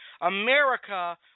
America